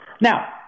Now